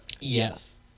Yes